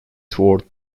toward